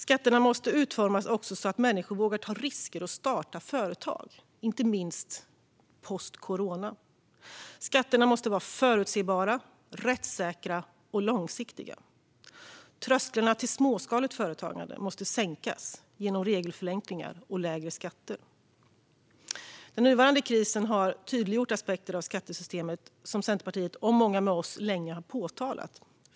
Skatterna måste utformas så att människor vågar ta risker och starta företag, inte minst post corona. Skatterna måste vara förutsebara, rättssäkra och långsiktiga. Trösklarna till småskaligt företagande måste sänkas genom regelförenklingar och lägre skatter. Den nuvarande krisen har tydliggjort aspekter av skattesystemet som Centerpartiet och många med oss länge har pekat på.